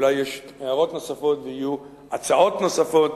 ואולי יש הערות נוספות ויהיו הצעות נוספות,